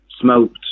smoked